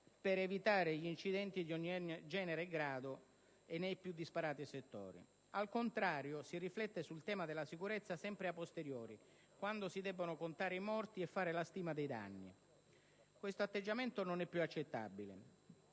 per evitare incidenti di ogni genere e grado nei più disparati settori. Al contrario, si riflette sul tema della sicurezza sempre *a posteriori*, quando si debbono contare i morti a fare la stima dei danni. Questo atteggiamento non è più accettabile.